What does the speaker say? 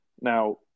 Now